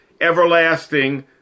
everlasting